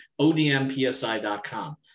odmpsi.com